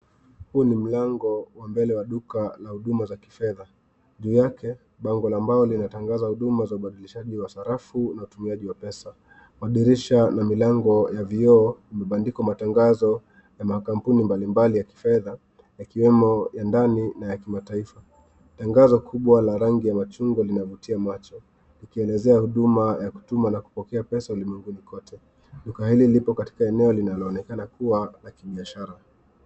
Huu ni mlango wa mbele wa duka la huduma za kifedha. Juu yake, bango la mbao linalotangaza huduma za ubadilishaji wa sarafu na utumiaji wa pesa. Madirisha na milango ya vioo, yamebandikwa matangazo ya makampuni mbalimbali ya kifedha, yakiwemo ya ndani na ya kimataifa. Tangazo kubwa la rangi ya machungwa linavutia macho, likielezea huduma ya kutuma na kupokea pesa ulimwenguni kote. Duka hili liko katika eneo linaloonekana kuwa la kibiashara.